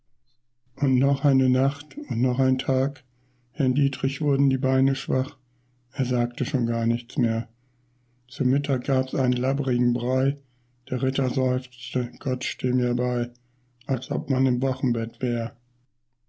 und noch eine nacht und noch ein tag herrn dietrich wurden die beine schwach er sagte schon gar nichts mehr zu mittag gab's einen labbrigen brei der ritter seufzte gott steh mir bei als ob man im wochenbett wär